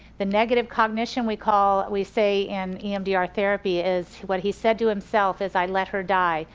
the negative cognition we call, we say in emdr therapy is what he said to himself is i let her die,